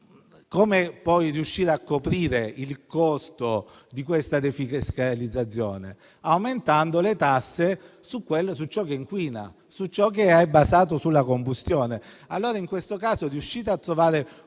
Come riuscire poi a coprire il costo di questa defiscalizzazione? Si aumentano le tasse su quello su ciò che inquina, su ciò che è basato sulla combustione. Allora, in questo caso riuscite a trovare